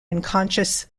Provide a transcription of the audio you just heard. unconscious